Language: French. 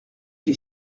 les